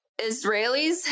Israelis